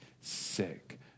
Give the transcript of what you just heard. sick